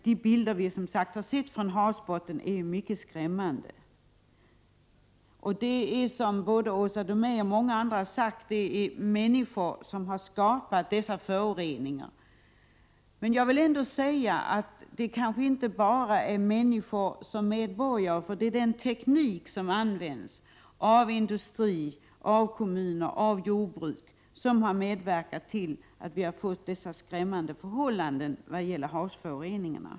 De bilder på havsbottnen som vi sett är, som sagt, mycket skrämmande. Som Åsa Domeij och många andra framhållit är det människor som har skapat dessa föroreningar, men kanske inte bara människor som medborgare. Den teknik som används av industri, kommuner och jordbruk har medverkat till dessa skrämmande förhållanden i vad gäller havsföroreningarna.